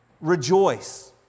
Rejoice